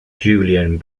julian